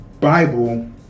Bible